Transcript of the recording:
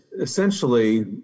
essentially